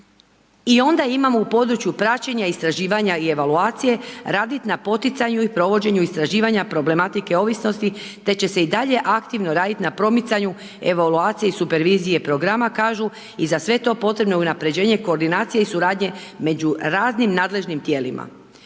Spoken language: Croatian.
I onda imamo u području praćenja, istraživanja i evaluacije, raditi na poticaju i provođenju istraživanja problematike ovisnosti, te će se i dalje aktivno raditi na promicanju evaluacije i supervizije programa kažu i za sve to je potrebno unapređenje koordinacija i suradnje među raznim nadležnim tijelima.